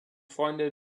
freunde